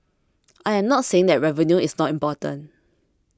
I am not saying that revenue is not important